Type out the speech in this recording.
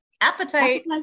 Appetite